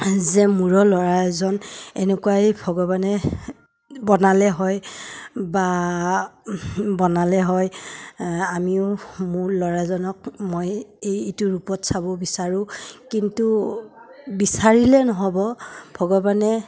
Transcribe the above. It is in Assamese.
যে মোৰো ল'ৰা এজন এনেকুৱাই ভগৱানে বনালে হয় বা বনালে হয় আমিও মোৰ ল'ৰাজনক মই এই এইটো ৰূপত চাব বিচাৰোঁ কিন্তু বিচাৰিলে নহ'ব ভগৱানে